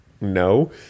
no